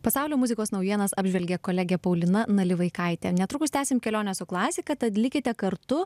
pasaulio muzikos naujienas apžvelgė kolegė paulina nalivaikaitė netrukus tęsim kelionę su klasika tad likite kartu